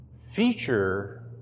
feature